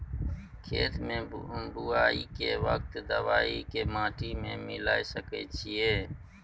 खेत के बुआई के वक्त दबाय के माटी में मिलाय सके छिये?